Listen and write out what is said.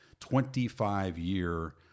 25-year